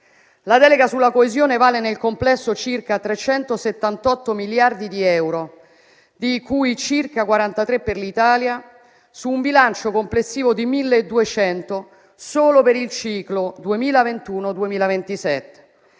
La delega sulla coesione vale nel complesso circa 378 miliardi di euro, di cui circa 43 per l'Italia, su un bilancio complessivo di 1.200 solo per il ciclo 2021-2027;